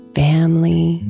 family